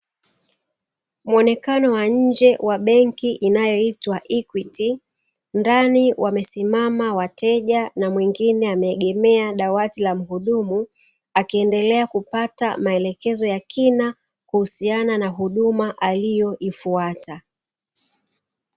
Mwonekano wa nje wa benki ijayoitwa "Equity", ndani wamesimama wateja na mwingine ameegemea dawati la mhudumu, akiendelea kupata maelekezo ya kina, kuhusiana na huduma aliyoifuata.